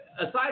Aside